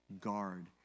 guard